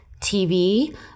TV